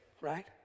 right